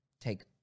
take